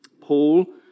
Paul